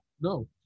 no